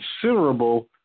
considerable